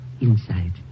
Inside